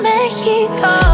Mexico